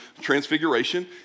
transfiguration